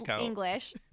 English